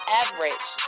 average